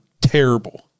terrible